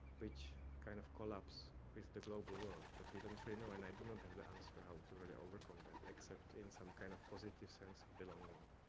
which kind of collapse with the global world. but we don't really know and i do not have the answer how to really overcome that, except in some kind of positive sense of belonging,